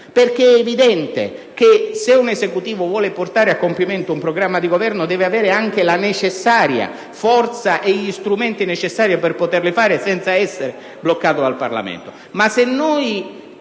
infatti evidente che se un Esecutivo vuole portare a compimento un programma di Governo, esso deve avere la forza e gli strumenti necessari per poterlo fare senza essere bloccato dal Parlamento.